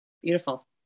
Beautiful